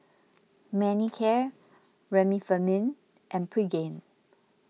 Manicare Remifemin and Pregain